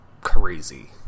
crazy